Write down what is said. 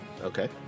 Okay